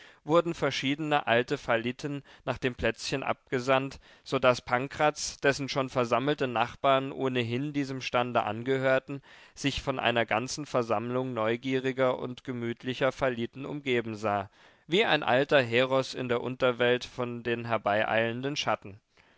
wurden verschiedene alte falliten nach dem plätzchen abgesandt so daß pankraz dessen schon versammelte nachbarn ohnehin diesem stande angehörten sich von einer ganzen versammlung neugieriger und gemütlicher falliten umgeben sah wie ein alter heros in der unterwelt von den herbeieilenden schatten